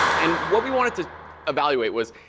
and what we wanted to evaluate was